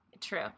True